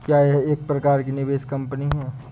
क्या यह एक प्रकार की निवेश कंपनी है?